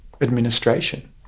administration